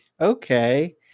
okay